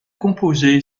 composé